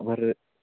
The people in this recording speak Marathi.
बरं